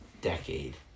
decade